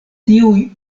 tiuj